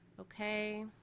okay